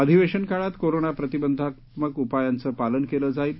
अधिवेशन काळात कोरोना प्रतिबंधात्मक उपायांचं पालन केलं जाईल